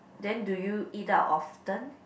then do you eat out often